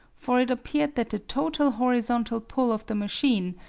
for it appeared that the total horizontal pull of the machine,